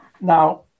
Now